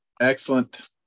Excellent